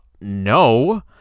no